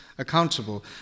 accountable